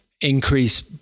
increase